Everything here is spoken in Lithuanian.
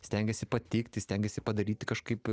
stengiesi patikti stengiesi padaryti kažkaip